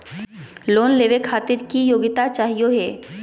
Loan लेवे खातीर की योग्यता चाहियो हे?